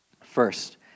First